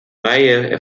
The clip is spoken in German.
reihe